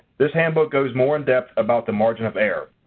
this handbook goes more in depth about the margin of error.